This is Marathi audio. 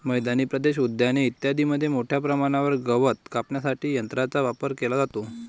मैदानी प्रदेश, उद्याने इत्यादींमध्ये मोठ्या प्रमाणावर गवत कापण्यासाठी यंत्रांचा वापर केला जातो